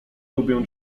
lubię